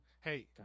Hey